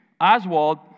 Oswald